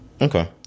Okay